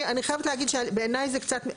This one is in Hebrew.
אני חייבת להגיד שבעיניי זה קצת,